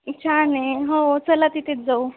छान आहे हो चला तिथेच जाऊ